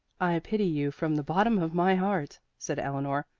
i pity you from the bottom of my heart, said eleanor,